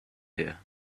here